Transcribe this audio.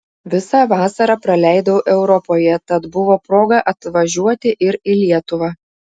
visą vasarą praleidau europoje tad buvo proga atvažiuoti ir į lietuvą